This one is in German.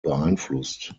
beeinflusst